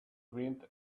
wind